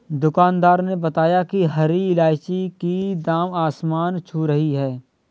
दुकानदार ने बताया कि हरी इलायची की दाम आसमान छू रही है